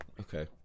Okay